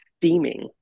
steaming